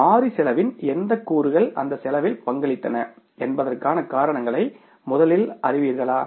மாறி செலவின் எந்த கூறுகள் அந்த செலவில் பங்களித்தன என்பதற்கான காரணங்களை முதலில் அறிவீர்களா